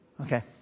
Okay